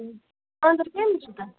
خانٛدر کٔمِس چھُو تۄہہِ